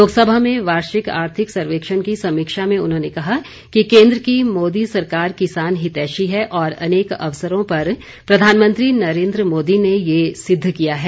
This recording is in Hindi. लोकसभा में वार्षिक आर्थिक सर्वेक्षण की समीक्षा में उन्होंने कहा कि केन्द्र की मोदी सरकार किसान हितैषी है और अनेक अवसरों पर प्रधानमंत्री नरेन्द्र मोदी ने ये सिद्ध किया है